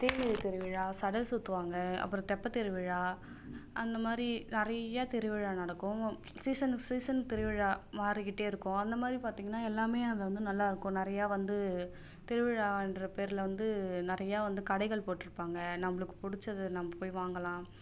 அந்த தீமிதி திருவிழா சடல் சுற்றுவாங்க அப்புறம் தெப்பத் திருவிழா அந்த மாதிரி நிறையா திருவிழா நடக்கும் சீசனுக்கு சீசன் திருவிழா மாறிக்கிட்டே இருக்கும் அந்த மாதிரி பார்த்தீங்கன்னா எல்லாமே அங்கே வந்து நல்லா இருக்கும் நிறையா வந்து திருவிழான்ற பேர்ல வந்து நிறையா வந்து கடைகள் போட்டிருப்பாங்க நம்மளுக்கு பிடிச்சது நம்ம போய் வாங்கலாம்